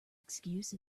excuse